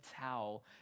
towel